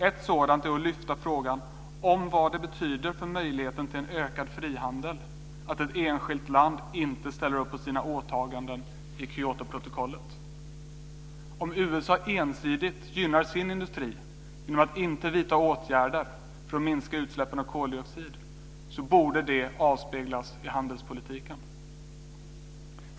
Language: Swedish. Ett sådant är att lyfta frågan om vad det betyder för möjligheten till en ökad frihandel att ett enskilt land inte ställer upp på sina åtaganden i Kyotoprotokollet. Om USA ensidigt gynnar sin industri genom att inte vidta åtgärder för att minska utsläppen av koldioxid så borde det avspeglas i handelspolitiken.